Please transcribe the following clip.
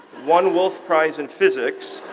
one wolf prize in physics,